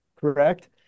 correct